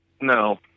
no